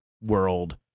world